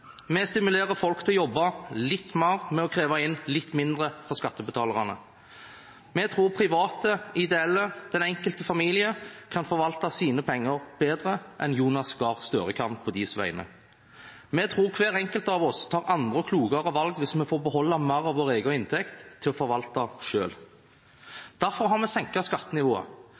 Vi stimulerer folk til å jobbe litt mer ved å kreve inn litt mindre fra skattebetalerne. Vi tror private, ideelle og den enkelte familie kan forvalte sine penger bedre enn Jonas Gahr Støre kan på deres vegne. Vi tror hver enkelt av oss tar andre og klokere valg hvis vi får beholde mer av vår egen inntekt og forvalte den selv. Derfor har vi senket skattenivået